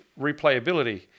replayability